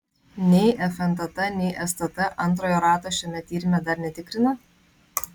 nei fntt nei stt antrojo rato šiame tyrime dar netikrina